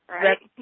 right